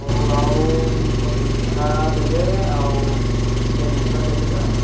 ହଉ ଆଉ ଗରମ ମସଲା ଦେବେ ଆଉ ଚିକେନ୍ ମସଲା ଦେଇଦେବେ